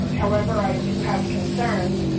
um however, i do have concerns.